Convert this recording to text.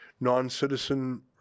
non-citizen